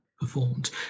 performed